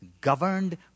governed